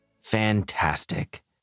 Fantastic